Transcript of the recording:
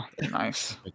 nice